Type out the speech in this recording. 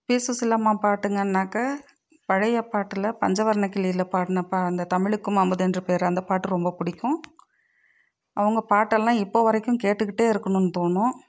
B Susheela அம்மா பாட்டுங்கனாக்கா பழைய பாட்டில் பஞ்சவர்ணக்கிளியில் பாடின அந்த தமிழுக்கும் அமுதென்று பெயர் அந்த பாட்டு ரொம்ப பிடிக்கும் அவங்க பாட்டெல்லாம் இப்போ வரைக்கும் கேட்டுகிட்டே இருக்கணுன்னு தோணும்